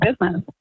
business